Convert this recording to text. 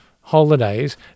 holidays